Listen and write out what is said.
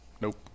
Nope